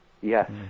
Yes